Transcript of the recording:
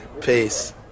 Peace